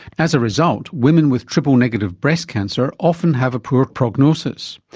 as a result, women with triple-negative breast cancer often have a poor prognosis.